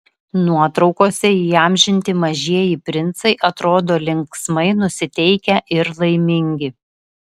nuotraukose įamžinti mažieji princai atrodo linksmai nusiteikę ir laimingi